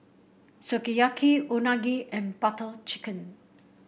Sukiyaki Unagi and Butter Chicken